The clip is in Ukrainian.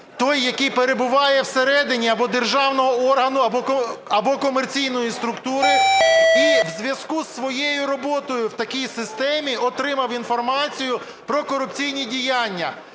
той, який перебуває всередині або державного органу, або комерційної структури, і в зв'язку із своєю роботою в такій системі отримав інформацію про корупційні діяння.